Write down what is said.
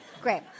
Great